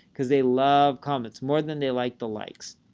because they love comments more than they like the likes.